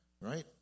right